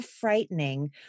frightening